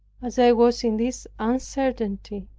as i was in this uncertainty,